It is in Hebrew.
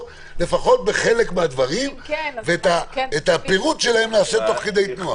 לפחות בחלק מהדברים ואת הפירוט שלהם נעשה תוך כדי תנועה.